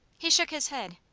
he shook his head.